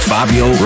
Fabio